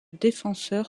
défenseur